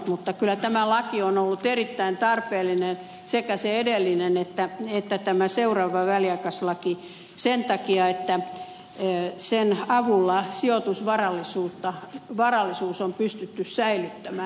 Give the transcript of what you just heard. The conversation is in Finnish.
mutta kyllä tämä laki on ollut erittäin tarpeellinen sekä se edellinen että tämä seuraava väliaikaislaki sen takia että sen avulla sijoitusvarallisuus on pystytty säilyttämään